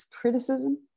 criticism